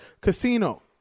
Casino